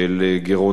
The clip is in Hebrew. גירעונות גדולים,